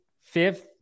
fifth